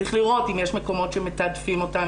וצריך לראות אם יש מקומות שמתעדפים אותם,